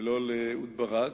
ולא לאהוד ברק.